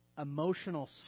Emotional